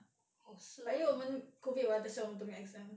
like 因为我们 COVID [what] that's why 我们都没有 exam